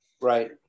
right